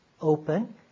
open